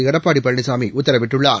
எடப்பாடி பழனிசாமி உத்தரவிட்டுள்ளார்